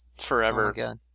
Forever